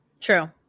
true